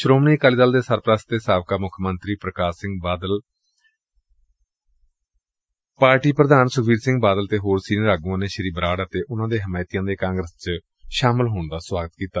ਸ੍ਰੋਮਣੀ ਅਕਾਲੀ ਦਲ ਦੇ ਸਰਪੁਸਤ ਅਤੇ ਸਾਬਕਾ ਮੁੱਖ ਮੰਤਰੀ ਪੁਕਾਸ਼ ਸਿੰਘ ਬਾਦਲ ਪਾਰਟੀ ਪੁਧਾਨ ਸੁਖਬੀਰ ਸਿੰਘ ਬਾਦਲ ਤੇ ਹੋਰ ਸੀਨੀਅਰ ਆਗੁਆਂ ਨੇ ਸੀ ਬਰਾੜ ਅਤੇ ਉਨਾਂ ਦੇ ਹਮਾਇਤੀਆਂ ਦੇ ਕਾਂਗਰਸ ਵਿਚ ਸ਼ਾਮਲ ਹੋਣ ਦਾ ਸਵਾਗਤ ਕੀਤਾ